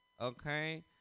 okay